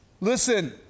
Listen